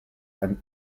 and